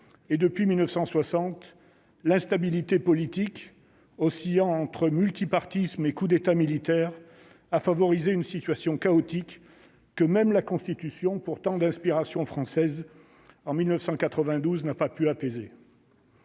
et depuis 1960 l'instabilité politique aussi entre multipartisme et coup d'État militaire à favoriser une situation chaotique que même la constitution pourtant d'inspiration française en 1992 n'a pas pu apaiser.